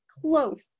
close